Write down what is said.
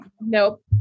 nope